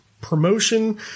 promotion